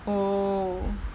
oh